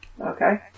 Okay